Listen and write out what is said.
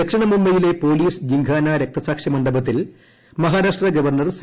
ദക്ഷിണ മുംബൈയിലെ പോലീസ്റ്റ് ജീർഖാന രക്തസാക്ഷി മണ്ഡപത്തിൽ മഹാരാഷ്ട്ര ഗ്വീർണർ സി